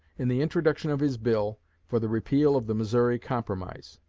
in the introduction of his bill for the repeal of the missouri compromise.